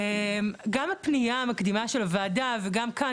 גם הפנייה המקדימה של הוועדה וגם כאן,